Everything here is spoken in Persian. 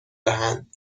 دهند